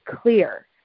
clear